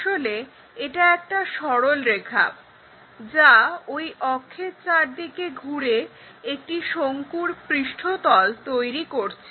আসলে এটা একটা সরলরেখা যা ঐ অক্ষের চারদিকে ঘুরে একটি শঙ্কুর পৃষ্ঠতল তৈরি করছে